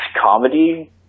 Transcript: comedy